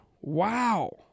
wow